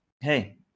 hey